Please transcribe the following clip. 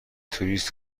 توریست